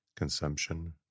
consumption